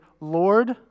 Lord